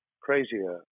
crazier